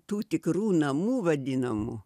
tų tikrų namų vadinamų